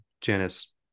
Janice